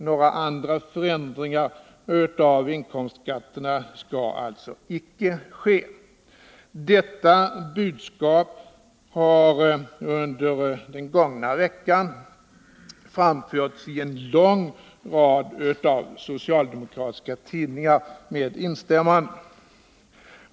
Några andra förändringar av inkomstskatterna skall alltså icke ske. Detta budskap har under den gångna veckan med instämmanden framförts i en lång rad socialdemokratiska tidningar.